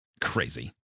crazy